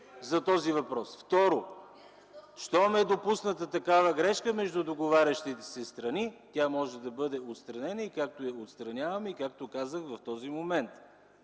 Хасан Адемов.) Второ, щом е допусната такава грешка между договарящите се страни, тя може да бъде отстранена, както я отстраняваме, както казах в този момент.